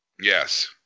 Yes